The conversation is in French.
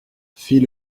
fit